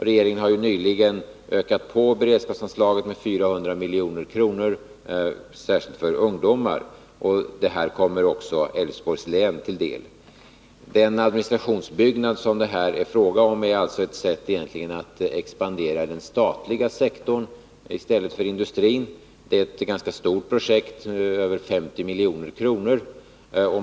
Regeringen har nyligen ökat beredskapsanslagen med 400 milj.kr., särskilt för ungdomar. Det kommer också Älvsborgs län till del. Uppförande av den administrationsbyggnad det här är fråga om innebär en expansion av den statliga sektorn i stället för industrin. Det är ett ganska stort projekt, på över 50 milj.kr.